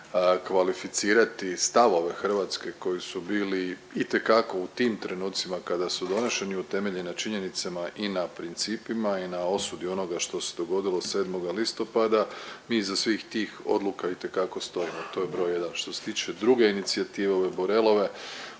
kvalificirati stavove Hrvatske koji su bili itekako u tim trenucima kada su doneseni utemeljeni na činjenicama i na principima i na osudi onoga što se dogodilo 7. listopada. Mi iza svih tih odluka itekako stojimo, to je broj jedan. Što se tiče druge inicijative ove Borelove,